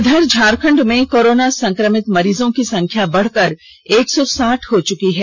इधर झारखंड में कोरोना संक्रमित मरीजों की संख्या बढकर एक सौ साठ हो चुकी है